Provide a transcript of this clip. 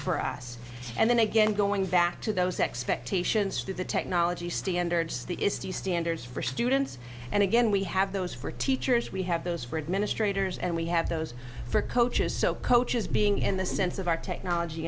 for us and then again going back to those expectations through the technology standards the is the standards for students and again we have those for teachers we have those for administrators and we have those for coaches so coaches being in the sense of our technology